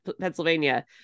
Pennsylvania